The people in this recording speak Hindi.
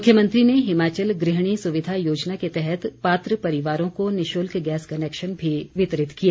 मुख्यमंत्री ने हिमाचल गृहिणी सुविधा योजना के तहत पात्र परिवारों को निशुल्क गैस कनेक्शन भी वितरित किए